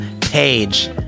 page